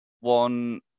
one